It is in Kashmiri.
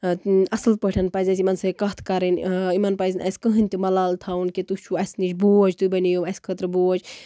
اَصٕل پٲٹھۍ پَزِ اَسہِ یِمَن سۭتۍ کَتھ کَرٕنۍ یِمَن پَزِ نہٕ اَسہِ کٕہٕنۍ تہِ مَلالہٕ تھاوُن کہِ تُہۍ چھِو اَسہِ نِش بوج تُہۍ بَنیو اَسہِ خٲطرٕ بوج